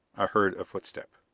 i heard a footstep.